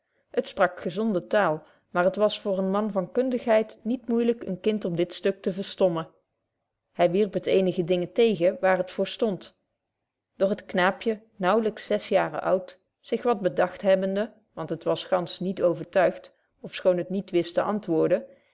het sprak gezonde taal maar het was voor een man van kundigheid niet moeilyk een kind op dit stuk te verstommen hy wierp het eenige dingen tegen waar het voor stond doch het knaapje naauwlyks zes jaaren oud zich wat bedagt hebbende want het was gantsch niet overtuigt ofschoon het niet wist te antwoorden